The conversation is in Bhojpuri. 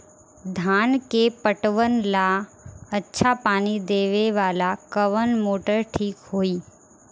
धान के पटवन ला अच्छा पानी देवे वाला कवन मोटर ठीक होई?